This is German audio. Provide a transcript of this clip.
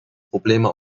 probleme